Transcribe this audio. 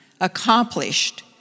Accomplished